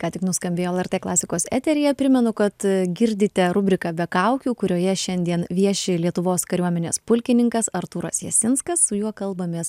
ką tik nuskambėjo lrt klasikos eteryje primenu kad girdite rubriką be kaukių kurioje šiandien vieši lietuvos kariuomenės pulkininkas artūras jasinskas su juo kalbamės